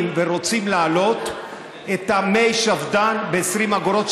ורוצים להעלות את מי השפד"ן ב-20 אגורות,